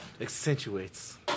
Accentuates